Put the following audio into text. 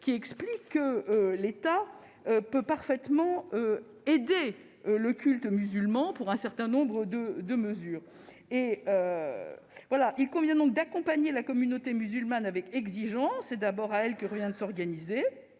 qui explique que l'État peut parfaitement aider le culte musulman sur plusieurs aspects :« il convient donc d'accompagner la communauté musulmane avec exigence, mais c'est d'abord à elle qu'il revient de s'organiser